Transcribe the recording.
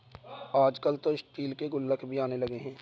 आजकल तो स्टील के गुल्लक भी आने लगे हैं